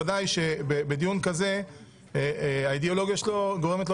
בדיון כזה האידיאולוגיה שלו גורמת לו